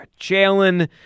Jalen